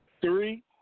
Three